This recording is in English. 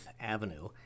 Avenue